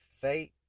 Fate